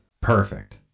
Perfect